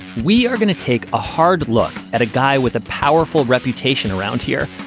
we are going to take a hard look at a guy with a powerful reputation around here.